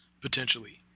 potentially